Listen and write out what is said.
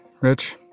Rich